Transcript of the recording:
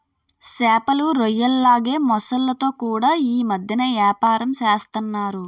సేపలు, రొయ్యల్లాగే మొసల్లతో కూడా యీ మద్దెన ఏపారం సేస్తన్నారు